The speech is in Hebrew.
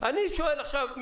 אני שואל עכשיו: